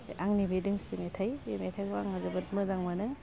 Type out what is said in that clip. आंनि बे दोंसे मेथाइ बे मेथाइखौ आं जोबोद मोजां मोनो